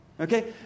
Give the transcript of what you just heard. Okay